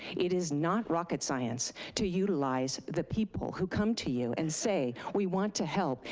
it is not rocket science to utilize the people who come to you and say, we want to help,